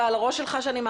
בבקשה.